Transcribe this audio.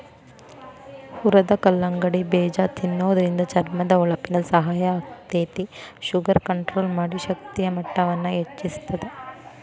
ಹುರದ ಕಲ್ಲಂಗಡಿ ಬೇಜ ತಿನ್ನೋದ್ರಿಂದ ಚರ್ಮದ ಹೊಳಪಿಗೆ ಸಹಾಯ ಆಗ್ತೇತಿ, ಶುಗರ್ ಕಂಟ್ರೋಲ್ ಮಾಡಿ, ಶಕ್ತಿಯ ಮಟ್ಟವನ್ನ ಹೆಚ್ಚಸ್ತದ